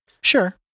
sure